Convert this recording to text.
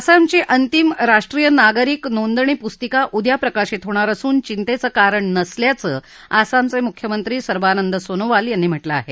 आसामची अंतिम राष्ट्रीय नागरिक नोंदणी पुस्तिका उद्या प्रकाशित होणार असून चिंतेचं कारण नसल्याचं आसामचे मुख्यमंत्री सर्बानंद सोनोवाल यांनी म्हटलं आहे